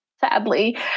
sadly